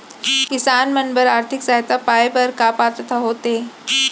किसान मन बर आर्थिक सहायता पाय बर का पात्रता होथे?